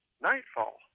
Nightfall